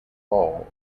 ball